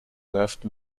left